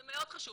זה מאוד חשוב,